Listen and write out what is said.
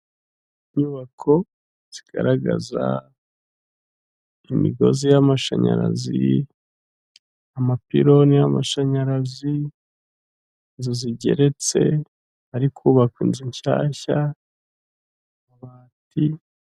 Inyubako zigaragaza imigozi y'amashanyarazi, amapironi y'amashanyarazi inzu zigeretse ahari kubakwa inzu nshyashya amabati.